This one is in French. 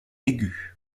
aigu